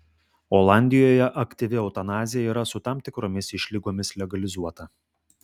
olandijoje aktyvi eutanazija yra su tam tikromis išlygomis legalizuota